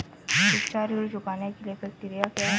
शिक्षा ऋण चुकाने की प्रक्रिया क्या है?